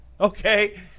Okay